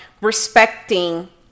respecting